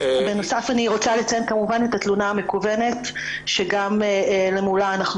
אני רוצה לציין את התלונה המקוונת שגם למולה אנחנו